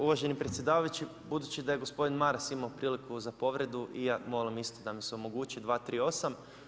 Uvaženi predsjedavajući budući da je gospodin Maras imao priliku za povredu, i ja molim isto ta mi se omogući 238.